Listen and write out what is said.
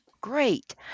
Great